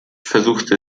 versuchte